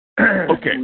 Okay